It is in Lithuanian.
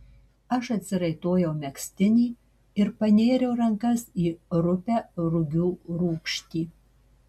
aš atsiraitojau megztinį ir panėriau rankas į rupią rugių rūgštį